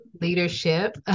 leadership